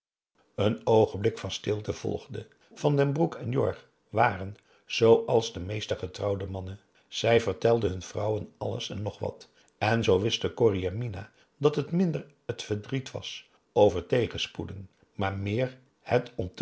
een oogenblik van stilte volgde van den broek en jorg waren zooals de meeste getrouwde mannen zij vertelden hun vrouwen alles en nog wat en zoo wisten corrie en mina dat het minder t verdriet was over tegenspoeden maar meer het